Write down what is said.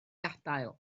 gadael